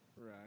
right